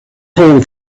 hold